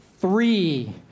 Three